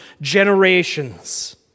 generations